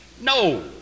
No